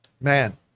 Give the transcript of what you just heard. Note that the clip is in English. man